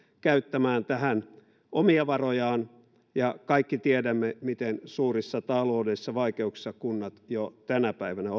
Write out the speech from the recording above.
käyttämään tähän omia varojaan ja kaikki tiedämme miten suurissa taloudellisissa vaikeuksissa kunnat jo tänä päivänä